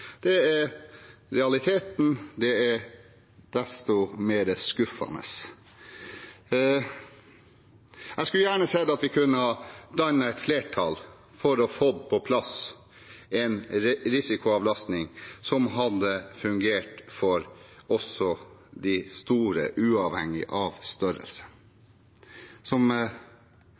Det er realiteten, og det er skuffende. Jeg skulle gjerne sett at vi kunne ha dannet et flertall for å få på plass en risikoavlastning som hadde fungert også for de store, uavhengig av størrelse. Det som